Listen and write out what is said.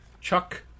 Chuck